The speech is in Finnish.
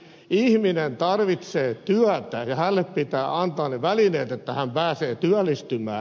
ihminen tarvitsee työtä ja hänelle pitää antaa ne välineet että hän pääsee työllistymään